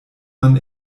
man